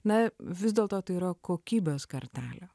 na vis dėlto tai yra kokybės kartelė